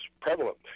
prevalent